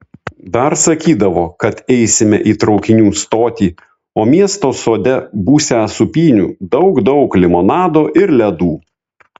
dar sakydavo kad eisime į traukinių stotį o miesto sode būsią sūpynių daug daug limonado ir ledų